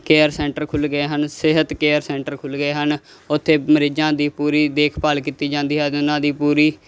care centre ਖੁੱਲ੍ਹ ਗਏ ਹਨ ਸਿਹਤ ਕੇਅਰ ਸੈਂਟਰ ਖੁੱਲ੍ਹ ਗਏ ਹਨ ਉੱਥੇ ਮਰੀਜ਼ਾਂ ਦੀ ਪੂਰੀ ਦੇਖਭਾਲ ਕੀਤੀ ਜਾਂਦੀ ਹੈ ਉਹਨਾਂ ਦੀ ਪੂਰੀ